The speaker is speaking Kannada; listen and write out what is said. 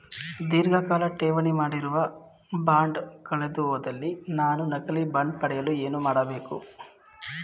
ಧೀರ್ಘಕಾಲ ಠೇವಣಿ ಮಾಡಿರುವ ಬಾಂಡ್ ಕಳೆದುಹೋದಲ್ಲಿ ನಾನು ನಕಲಿ ಬಾಂಡ್ ಪಡೆಯಲು ಏನು ಮಾಡಬೇಕು?